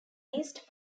least